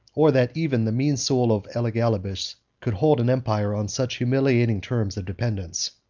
or that even the mean soul of elagabalus could hold an empire on such humiliating terms of dependence.